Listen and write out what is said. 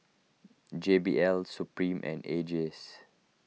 J B L Supreme and A Jays